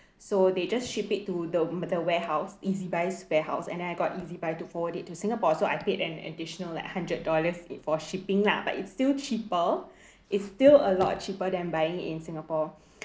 so they just ship to the the warehouse ezbuy's warehouse and then I got ezbuy to forward it to singapore so I paid an additional like hundred dollars for shipping lah but it's still cheaper it's still a lot cheaper than buying in singapore